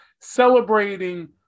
celebrating